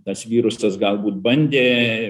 tas virusas galbūt bandė